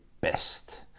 best